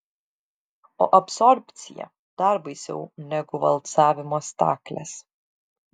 o absorbcija dar baisiau negu valcavimo staklės